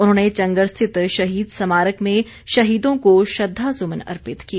उन्होंने चंगर रिथत शहीद स्मारक में शहीदों को श्रद्धा सुमन अर्पित किए